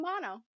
mono